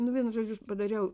nu vienu žodžiu padariau